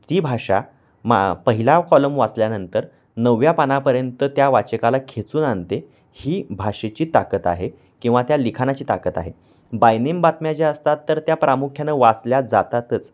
ती भाषा मा पहिला कॉलम वाचल्यानंतर नवव्या पानापर्यंत त्या वाचकाला खेचून आणते ही भाषेची ताकत आहे किंवा त्या लिखाणाची ताकत आहे बायनेम बातम्या ज्या असतात तर त्या प्रामुख्याने वाचल्या जातातच